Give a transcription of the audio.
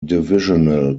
divisional